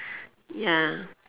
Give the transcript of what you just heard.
ya